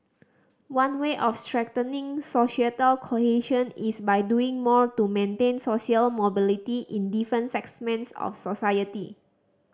one way of strengthening societal cohesion is by doing more to maintain social mobility in different segments of society